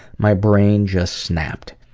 my brain just snapped.